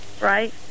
Right